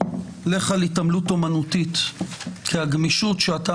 לך על התעמלות אומנותית כי הגמישות שאתה